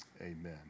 Amen